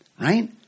right